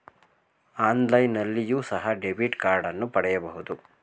ಆನ್ಲೈನ್ನಲ್ಲಿಯೋ ಸಹ ಡೆಬಿಟ್ ಕಾರ್ಡನ್ನು ಪಡೆಯಬಹುದು